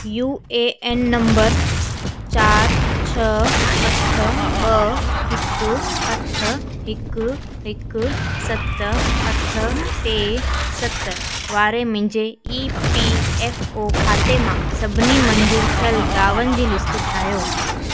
U A N number चारि छह अठ ॿ हिकु अठ हिकु हिकु सत अठ टे सत वारे मुंहिंजे ई पी एफ़ ओ खाते मां सभिनी मंज़ूरु थियलु दावनि जी लिस्ट ठाहियो